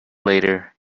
later